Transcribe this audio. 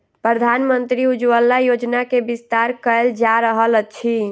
प्रधानमंत्री उज्ज्वला योजना के विस्तार कयल जा रहल अछि